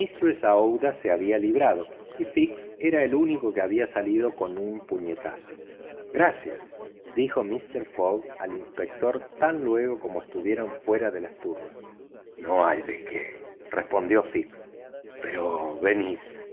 aouida se había librado y fix era el único que había salido con su puñetazo gracias dijo mister fogg al inspector tan luego como estuvieron fuera de las turbas no hay de qué respondió fix pero venid